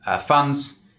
funds